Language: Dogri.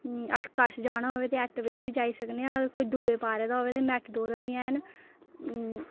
अस कच्छ जाना होऐ ते ऑटो बिच बी जाई सकने आं कोई दूरा पारे दा होऐ ते मेटाडोरां बी हैन